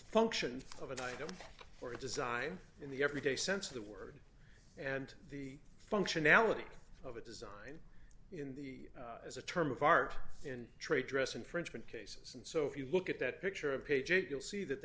function of an item or a design in the everyday sense of the word and the functionality of a design in the is a term of art and trade dress infringement cases and so if you look at that picture of page eight you'll see that the